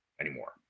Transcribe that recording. anymore